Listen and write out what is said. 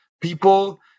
people